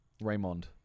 Raymond